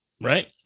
Right